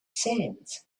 sands